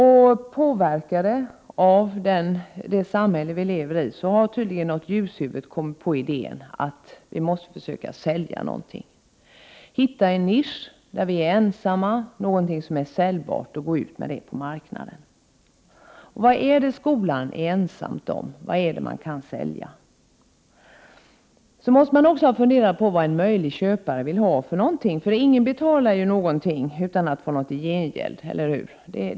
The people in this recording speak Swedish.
Och påverkad av det samhälle som vi lever i har tydligen något ljushuvud kommit på idén att man måste försöka sälja något och hitta en nisch där man är ensam och som är säljbart och gå ut med det på marknaden. Och vad är det skolan är ensam om och kan sälja? Sedan måste man också ha funderat på vad en möjlig köpare vill ha, eftersom ingen betalar utan att få något i gengäld, eller hur?